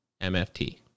MFT